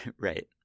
Right